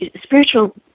spiritual